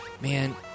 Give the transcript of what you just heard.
Man